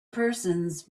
persons